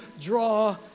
draw